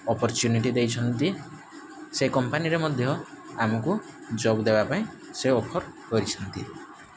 opportunity ଦେଇଛନ୍ତି ସେଇ କମ୍ପାନୀରେ ମଧ୍ୟ ଆମକୁ ଜବ୍ ଦେବାପାଇଁ ସେ ଅଫର୍ କରିଛନ୍ତି